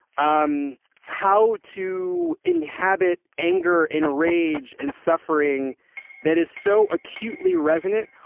um how to inhabit anger and rage and suffering that is so acutely resonant.